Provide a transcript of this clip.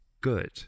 good